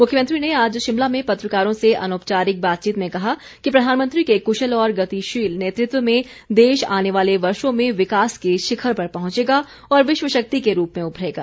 मुख्यमंत्री ने आज शिमला में पत्रकारों से अनौपचारिक बातचीत में कहा कि प्रधानमंत्री के कुशल और गतिशील नेतृत्व में देश आने वाले वर्षों में विकास के शिखर पर पहुंचेगा और विश्व शक्ति के रूप में उभरेगा